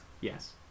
Yes